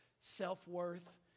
self-worth